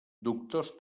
doctors